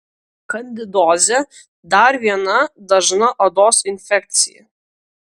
kandidozė dar viena dažna odos infekcija